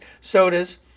sodas